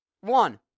one